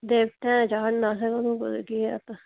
देवतें दे गै चाढ़ना होर केह् ऐ उत्त